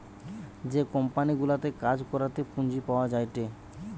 যে কোম্পানি গুলাতে কাজ করাতে পুঁজি পাওয়া যায়টে